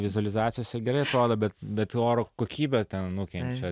vizualizacijose gerai atrodo bet bet oro kokybė ten nukenčia